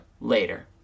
later